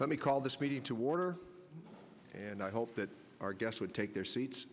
let me call this meeting to order and i hope that our guests would take their seats